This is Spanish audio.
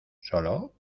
solo